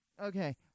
Okay